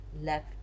left